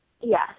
Yes